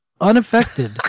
unaffected